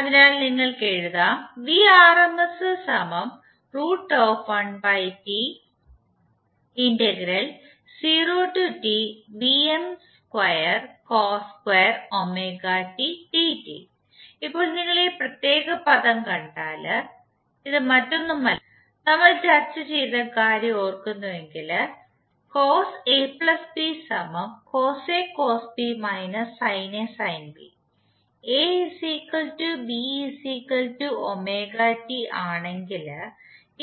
അതിനാൽ നിങ്ങൾക് എഴുതാം ഇപ്പോൾ നിങ്ങൾ ഈ പ്രത്യേക പദം കണ്ടാൽ ഇത് മറ്റൊന്നുമല്ലനമ്മൾ ചർച്ച ചെയ്ത കാര്യം ഓർക്കുന്നുവെങ്കിൽ ആണെങ്കിൽ